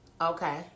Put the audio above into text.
Okay